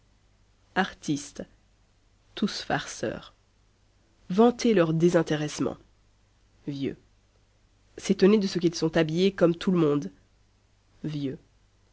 artistes tous farceurs vanter leur désintéressement vieux s'étonner de ce qu'ils sont habillés comme tout le monde